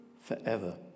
forever